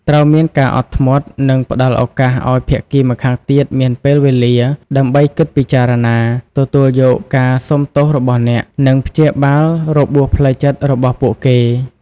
ត្រូវមានការអត់ធ្មត់ និងផ្តល់ឱកាសឱ្យភាគីម្ខាងទៀតមានពេលវេលាដើម្បីគិតពិចារណា ទទួលយកការសុំទោសរបស់អ្នក និងព្យាបាលរបួសផ្លូវចិត្តរបស់ពួកគេ។